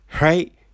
right